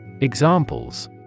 Examples